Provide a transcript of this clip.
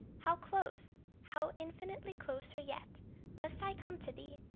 how close, how infinitely closer yet must i come to thee,